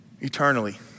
eternally